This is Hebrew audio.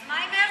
אז מה עם הרצל?